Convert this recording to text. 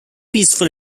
peaceful